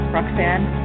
Roxanne